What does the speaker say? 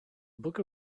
book